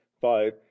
five